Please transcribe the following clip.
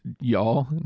y'all